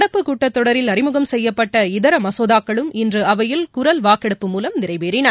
நடப்பு கூட்டத்தொடரில் அறிமுகம் செய்யப்பட்ட இதர மசோதாக்களும் இன்று அவையில் குரல்வாக்கெடுப்பு மூலம் நிறைவேறின